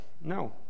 no